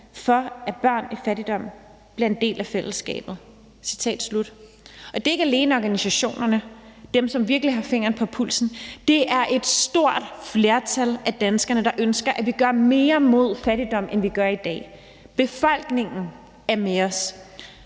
for, at børn i fattigdom bliver en del af fællesskabet.« Det er ikke alene organisationerne, dem, som virkelig har fingeren på pulsen, det er et stort flertal af danskerne, der ønsker, at vi gør mere imod fattigdom, end vi gør i dag. Befolkningen er med os.